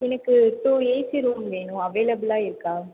எனக்கு two AC room வேணும் அவைலபிளாக இருக்கா